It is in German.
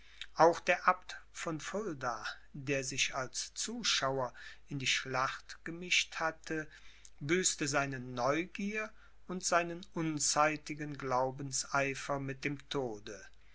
auch der abt von fulda der sich als zuschauer in die schlacht gemischt hatte büßte seine neugier und seinen unzeitigen glaubenseifer mit dem tode